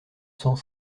cent